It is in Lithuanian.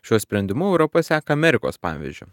šiuo sprendimu europa seka amerikos pavyzdžiu